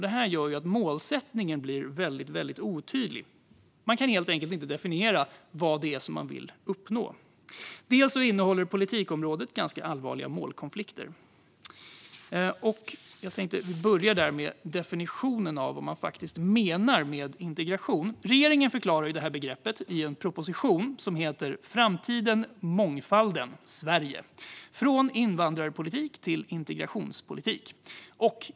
Det gör ju att målsättningen blir väldigt otydlig. Man kan helt enkelt inte definiera vad det är man vill uppnå. Dels innehåller politikområdet ganska allvarliga målkonflikter. Jag tänkte börja med definitionen, alltså vad man faktiskt menar med "integration". Regeringen förklarade begreppet i en proposition som heter Sverige, framtiden och mångfalden - från invandrarpolitik till integra tionspolitik .